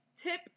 tip